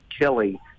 Kelly